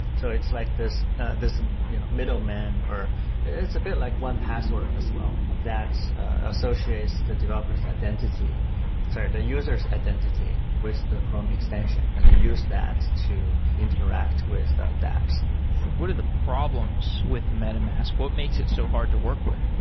so it's like this this you know middleman or it's a bit like one password as well that associates the developer s identity sorry, the user s identity with the chrome extension and then use that to interact with the the apps what are the problems with metamask? what makes it so hard to work with?